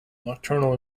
nocturnal